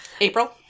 April